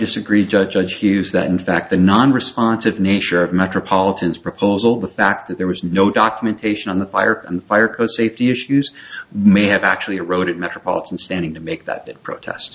disagree judge hughes that in fact the non responsive nature of metropolitans proposal the fact that there was no documentation on the fire and fire co safety issues may have actually wrote it metropolitan standing to make that protest